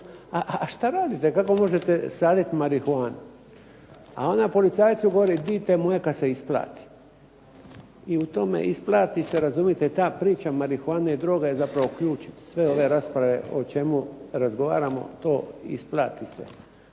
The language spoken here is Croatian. a što radite, kako možete saditi marihuanu? A ona policajcu govori, dite moje kada se isplati. I u tome isplati se razumijete, ta priča marihuane, droge je zapravo ključ sve ove rasprave o čemu razgovaramo to isplati se.